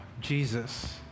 Jesus